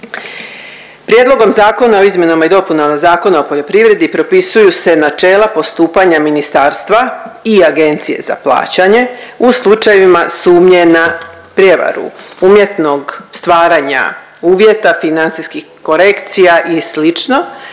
Prijedlogom zakona o izmjenama i dopunama Zakona o poljoprivredi propisuju se načela postupanja ministarstva i Agencije za plaćanje u slučajevima sumnje na prijevaru, umjetnog stvaranja uvjeta, financijskih korekcija i